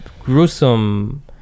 gruesome